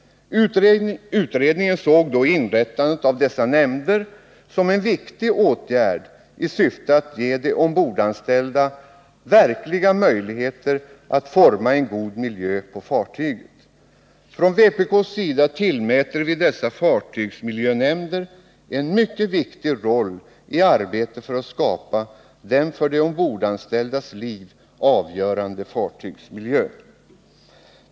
Utredningen såg inrättandet av sådana nämnder som en viktig åtgärd i syfte att ge de ombordanställda verkliga möjligheter att forma en god miljö på fartygen. Från vpk:s sida tillmäter vi sådana fartygsmiljönämnder en mycket viktig roll i arbetet för att skapa den för de ombordanställdas liv avgörande fartygsmiljön.